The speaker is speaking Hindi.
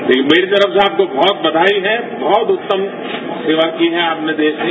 तो ये मेरी तरफ से आपको बहुत बधाई है बहुत उत्तम सेवा की है आपने देश की